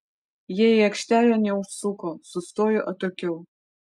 jie į aikštelę neužsuko sustojo atokiau